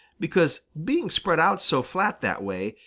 because being spread out so flat that way,